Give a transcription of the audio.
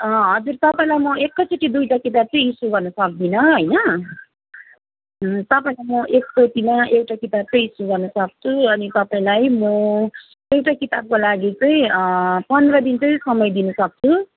हजुर तपाईँलाई म एकैचोटि दुईवटा किताब चाहिँ इस्यु गर्नु सक्दिनँ होइन तपाईँलाई म एकचोटिमा एउटा किताब चाहिँ इस्यु गर्नसक्छु अनि तपाईँलाई म एउटा किताबको लागि चाहिँ पन्ध्र दिन चाहिँ समय दिनसक्छु